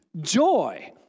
joy